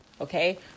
okay